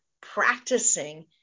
practicing